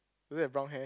does he have brown hair